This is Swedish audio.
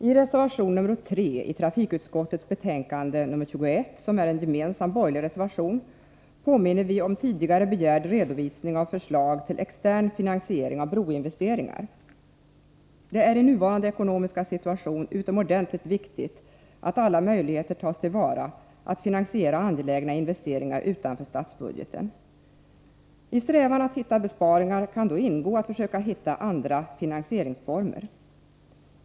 I reservation nr 3 i trafikutskottets betänkande nr 21, som är en gemensam borgerlig reservation, påminner vi om tidigare begärd redovisning av förslag till extern finansiering av broinvesteringar. Det är i nuvarande ekonomiska situation utomordentligt viktigt att alla möjligheter tas till vara att finansiera angelägna investeringar utanför statsbudgeten. I strävan att hitta besparingar kan då ingå att försöka hitta andra finansieringsformer.